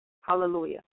hallelujah